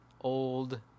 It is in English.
old